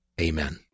Amen